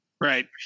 Right